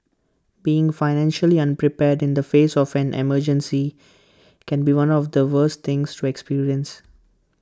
being financially unprepared in the face of an emergency can be one of the worst things to experience